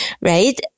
right